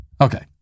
Okay